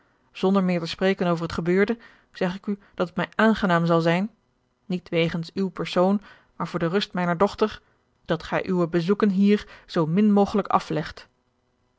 zonder meer te spreken over het gebeurde zeg ik u dat het mij aangenaam zal zijn niet wegens uw persoon maar voor de rust mijner dochter dat gij uwe bezoeken hier zoomin mogelijk aflegt